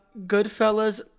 Goodfellas